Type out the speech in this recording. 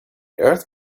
earth